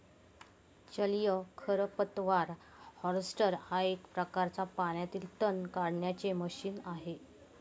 जलीय खरपतवार हार्वेस्टर एक प्रकारच पाण्यातील तण काढण्याचे मशीन आहे